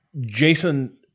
Jason